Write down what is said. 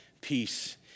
peace